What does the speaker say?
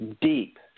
deep